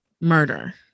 murder